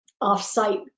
off-site